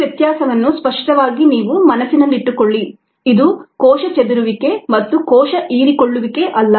ಈ ವ್ಯತ್ಯಾಸವನ್ನು ಸ್ಪಷ್ಟವಾಗಿ ನಿಮ್ಮ ಮನಸ್ಸಿನಲ್ಲಿಟ್ಟುಕೊಳ್ಳಿ ಇದು ಕೋಶ ಚದುರುವಿಕೆ ಮತ್ತು ಕೋಶ ಹೀರಿಕೊಳ್ಳುವಿಕೆ ಅಲ್ಲ